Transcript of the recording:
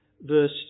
verse